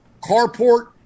carport